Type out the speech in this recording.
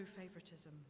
favoritism